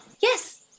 Yes